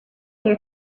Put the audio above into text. there